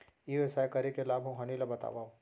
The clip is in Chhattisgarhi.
ई व्यवसाय करे के लाभ अऊ हानि ला बतावव?